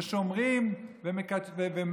זה שומרים ומגינים,